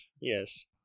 Yes